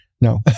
No